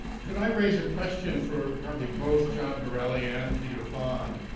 could i raise a question for probably both john borelli and peter phan?